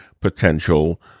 potential